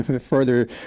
Further